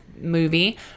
movie